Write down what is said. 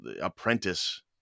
apprentice